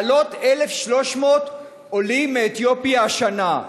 להעלות 1,300 עולים מאתיופיה השנה.